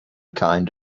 kind